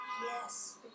Yes